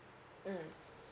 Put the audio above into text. mm